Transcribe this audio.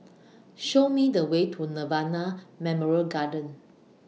Show Me The Way to Nirvana Memorial Garden